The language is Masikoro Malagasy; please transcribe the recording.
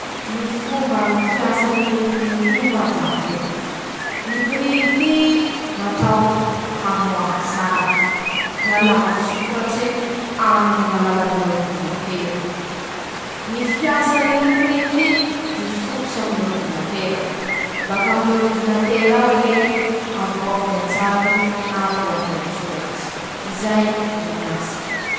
Ñy fomba fikarakara ñy hena atao añaty humbergera <ptoa>:mivily teña hena soa ro malemy, lafa baky nivily any hen'eñy teña, tampatampahy hen'eñy, lafa vita tampatampaky soa manifi-tify soa ñy fomba fanampaha ñ'aze, atao sôsy ñy humbergera, vita ñy sôsy, atao añatiny ñy humberger'eñy ao, zay ñy fanava ñ'azy.